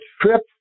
trip